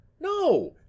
No